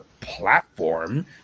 platform